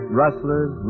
rustlers